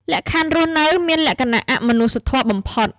លក្ខខណ្ឌរស់នៅមានលក្ខណៈអមនុស្សធម៌បំផុត។